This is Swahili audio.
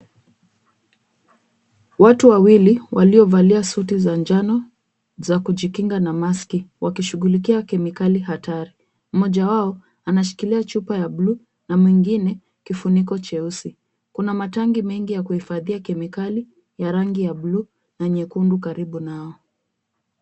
Watu wawili waliovalia suti za njano za kujikinga na maski wakishughulikia kemikali hatari. Mmoja wao anashikilia chupa ya bluu na mwingine kifuniko cheusi. Kuna matangi mengi ya kuhifadhia kemikali ya rangi ya bluu na nyekundu karibu nao.